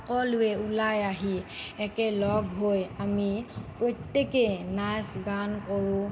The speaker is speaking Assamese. সকলোৱে ওলাই আহি একেলগ হৈ আমি প্ৰত্যেকেই নাচ গান কৰোঁ